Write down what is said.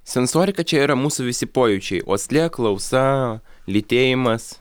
sensorika čia yra mūsų visi pojūčiai uoslė klausa lytėjimas